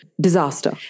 disaster